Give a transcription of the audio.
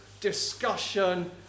discussion